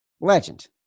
Legend